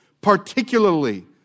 particularly